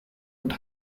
und